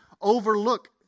overlook